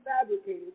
fabricated